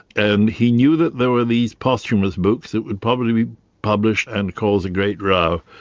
and he knew that there were these posthumous books that would probably be published and cause a great row.